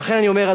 לכן אני אומר,